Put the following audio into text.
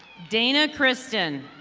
dana kristin.